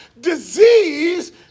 disease